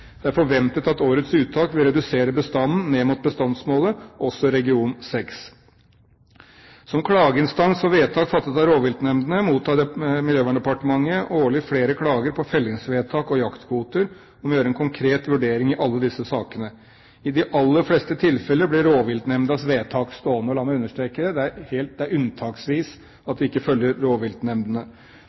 Det er forventet at årets uttak vil redusere bestanden ned mot bestandsmålet også i region 6. Som klageinstans for vedtak fattet av rovviltnemndene mottar Miljøverndepartementet årlig flere klager på fellingsvedtak og jaktkvoter, og vi må gjøre en konkret vurdering i alle disse sakene. I de aller fleste tilfeller blir rovviltnemndas vedtak stående. La meg understreke: Det er unntaksvis at vi ikke følger rovviltnemndene.